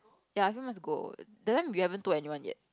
ya a few months ago that time we haven't told anyone yet